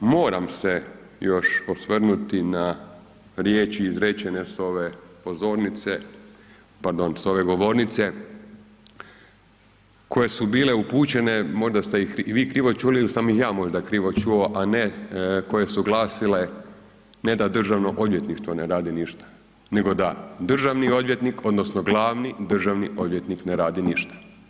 I moram se još osvrnuti na riječi izrečene s ove pozornice, pardon s ove govornice koje su bile upućene, možda ste ih vi krivo čuli ili sam ih ja možda krivo čuo, a ne koje su glasile ne da Državno odvjetništvo radi ništa nego da državni odvjetnik odnosno glavni državni odvjetnik ne radi ništa.